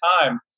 time